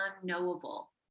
unknowable